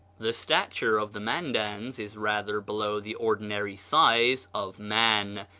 the stature of the mandans is rather below the ordinary size of man,